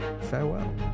farewell